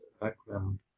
background